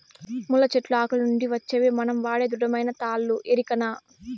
ముళ్ళ చెట్లు ఆకుల నుంచి వచ్చేవే మనం వాడే దృఢమైన తాళ్ళు ఎరికనా